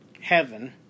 heaven